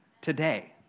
today